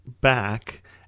back